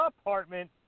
apartment